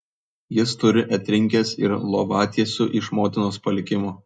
jis turi atrinkęs ir lovatiesių iš motinos palikimo